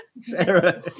Sarah